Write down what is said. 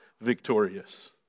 victorious